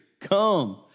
come